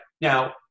Now